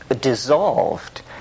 dissolved